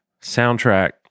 soundtrack